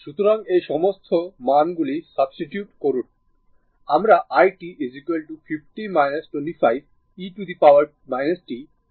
সুতরাং এই সমস্ত মানগুলি সাবস্টিটিউট করলে আমরা i t 50 25 e t 05 t ampere পাব